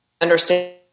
understand